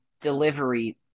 delivery